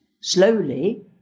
slowly